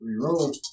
reroll